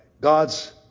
God's